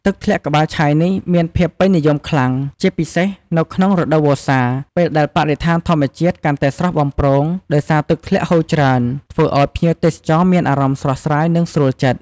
ទឹកធ្លាក់ក្បាលឆាយនេះ មានភាពពេញនិយមខ្លាំង ជាពិសេសនៅក្នុងរដូវវស្សា ពេលដែលបរិស្ថានធម្មជាតិកាន់តែស្រស់បំព្រង ដោយសារទឹកធ្លាក់ហូរច្រេីន ធ្វើឲ្យភ្ញៀវទេសចរមានអារម្មណ៍ស្រស់ស្រាយ និងស្រួលចិត្ត។